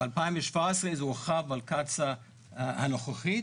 ב-2017 זה הורחב על קצא"א הנוכחית,